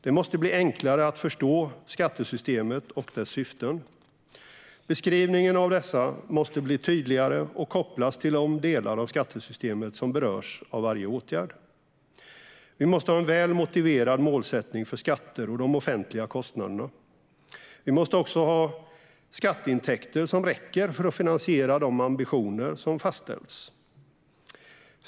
Det måste bli enklare att förstå skattesystemet och dess syften. Beskrivningen av dessa måste bli tydligare och kopplas till de delar av skattesystemet som berörs av varje åtgärd. Vi måste ha en väl motiverad målsättning för skatter och de offentliga kostnaderna. Vi måste också ha skatteintäkter som räcker för att finansiera de ambitioner som fastställts.